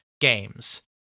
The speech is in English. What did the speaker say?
games